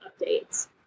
updates